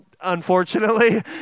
unfortunately